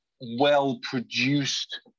well-produced